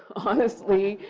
honestly,